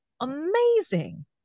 Amazing